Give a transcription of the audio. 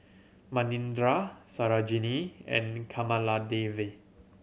Manindra Sarojini and Kamaladevi